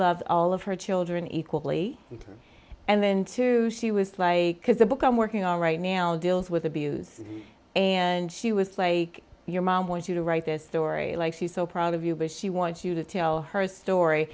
loved all of her children equally and then too she was like because the book i'm working on right now deals with abuse and she was like your mom wants you to write this story like she's so proud of you because she wants you to tell her story